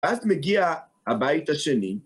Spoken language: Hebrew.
אז מגיע הבית השני.